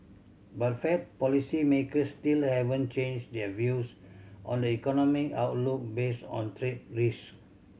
but Fed policymakers still haven't changed their views on the economic outlook based on trade risk